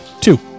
two